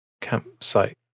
campsite